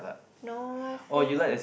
no my favourite